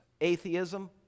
atheism